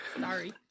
Sorry